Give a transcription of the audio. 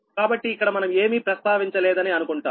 కాబట్టి ఇక్కడ మనం ఏమీ ప్రస్తావించలేదని అనుకుంటాము